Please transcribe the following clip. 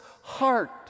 heart